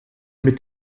mit